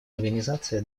организации